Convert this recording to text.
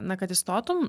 na kad įstotum